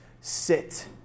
sit